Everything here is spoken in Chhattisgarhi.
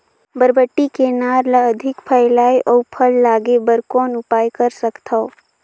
बरबट्टी के नार ल अधिक फैलाय अउ फल लागे बर कौन उपाय कर सकथव?